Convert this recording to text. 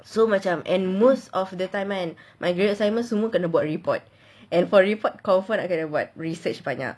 so macam and most of the time kan my graded assignment semua kena buat report and for report confirm nak kena buat research banyak